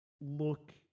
look